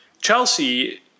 Chelsea